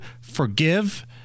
forgive